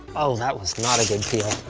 oh, that was not a good peel.